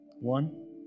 One